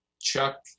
Chuck